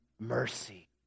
mercy